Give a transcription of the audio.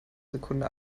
sekunde